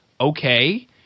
okay